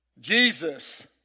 Jesus